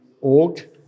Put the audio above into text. org